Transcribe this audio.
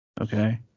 Okay